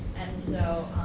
and so,